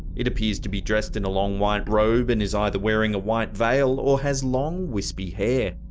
it appears to be dressed in a long, white robe, and is either wearing a white vale, or has long, wispy hair.